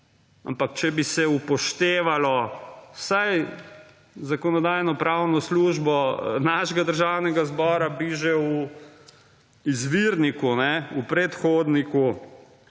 ampak če bi se upoštevalo vsaj Zakonodajno-pravno službo našega Državnega zbora, bi že v izvirniku, v predhodniku